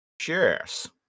Cheers